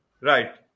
right